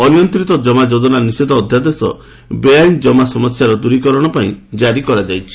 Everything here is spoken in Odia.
ଅନିୟନ୍ତିତ କମା ଯୋଜନା ନିଷେଧ ଅଧ୍ୟାଦେଶ ବେଆଇନ୍ ଜମା ସମସ୍ୟାର ଦୂରିକରଣ ପାଇଁ ଜାରି କରାଯାଇଛି